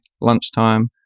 lunchtime